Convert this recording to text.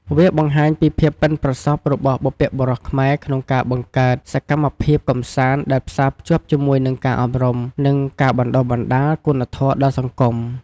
វាបង្ហាញពីភាពប៉ិនប្រសប់របស់បុព្វបុរសខ្មែរក្នុងការបង្កើតសកម្មភាពកម្សាន្តដែលផ្សារភ្ជាប់ជាមួយនឹងការអប់រំ និងការបណ្ដុះបណ្ដាលគុណធម៌ដល់សង្គម។